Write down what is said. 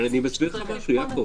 אבל אני מסביר לך משהו, יעקב.